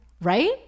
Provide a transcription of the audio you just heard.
right